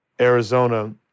Arizona